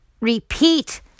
repeat